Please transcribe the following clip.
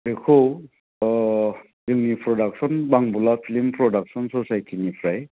बेखौ अह जोंनि प्रदाक्टसन बांबुला प्लिम प्रदाक्टसन ससाइटिनिफ्राय